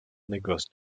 négoce